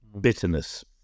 bitterness